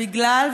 בגלל,